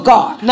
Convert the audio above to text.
God